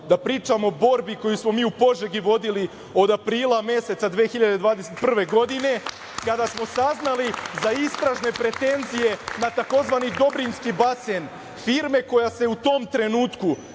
da pričam o borbi koju smo mi u Požegi vodili od aprila meseca 2021. godine, kada smo saznali za istražne pretenzije na tzv. Dobrinjski basen, firme koja se u tom trenutku